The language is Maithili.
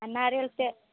आ नारियल तेल